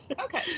Okay